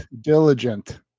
Diligent